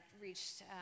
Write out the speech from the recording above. reached